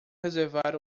reservar